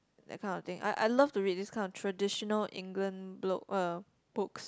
that kind of thing I I love to read this kind of traditional England blo~ uh books